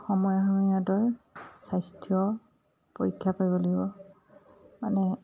সময়ে সময়ে সিহঁতৰ স্বাস্থ্য পৰীক্ষা কৰিব লাগিব মানে